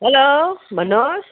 hello भन्नुस्